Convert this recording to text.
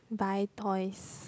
buy toys